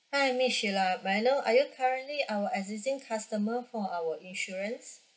hi miss shila may I know are you currently our existing customer for our insurance